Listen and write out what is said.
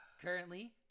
Currently